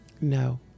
No